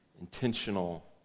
intentional